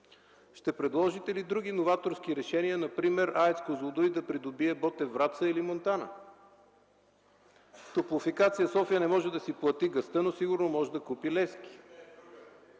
Ще предложите ли други новаторски решения, например АЕЦ „Козлодуй” да придобие „Ботев” Враца или „Монтана”? „Топлофикация София” не може да си плати газта, но сигурно може да купи „Левски”.